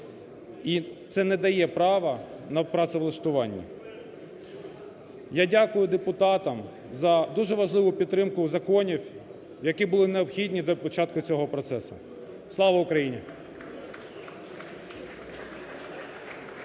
і це не дає права на працевлаштування. Я дякую депутатам за дуже важливу підтримку законів, які були необхідні для початку цього процесу. (Оплески) Слава Україні!